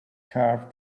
carved